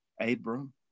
Abram